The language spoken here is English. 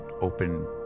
open